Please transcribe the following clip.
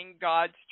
God's